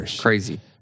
Crazy